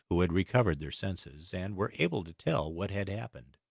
who had recovered their senses, and were able to tell what had happened.